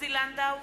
עוזי לנדאו,